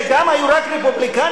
זה גם היו רק רפובליקנים?